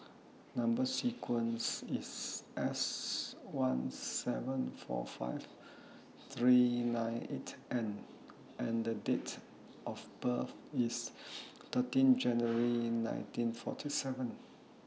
Number sequence IS S one seven four five three nine eight N and Date of birth IS thirteen January nineteen forty seven